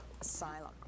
asylum